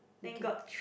okay